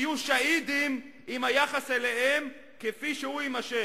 יהיו שהידים אם היחס אליהם כפי שהוא יימשך.